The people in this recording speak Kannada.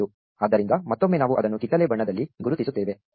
ಆದ್ದರಿಂದ ಮತ್ತೊಮ್ಮೆ ನಾವು ಅದನ್ನು ಕಿತ್ತಳೆ ಬಣ್ಣದಲ್ಲಿ ಗುರುತಿಸುತ್ತೇವೆ